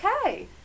okay